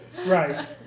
Right